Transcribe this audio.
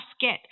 get